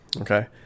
Okay